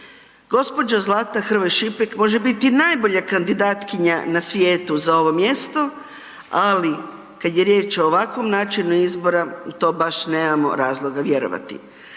Gđa. Zlata Hrvoj Šipek može biti najbolja kandidatkinja na svijetu za ovo mjesto, ali kad je riječ o ovakvom načinu izbora, mi to baš nemamo razloga vjerovati.